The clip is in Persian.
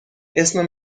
اسم